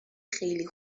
خیلی